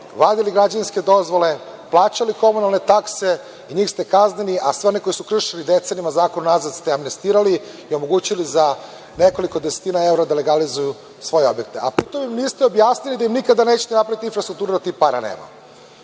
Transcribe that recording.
vadili građevinske dozvole, plaćali komunalne takse. Njih ste kaznili, a sve one koji su kršili decenijama zakon unazad ste amnestirali i omogućili za nekoliko desetina evra da legalizuju svoje objekte. Pri tome im niste objasnili da im nikada nećete napraviti infrastrukturu, jer tih para nema.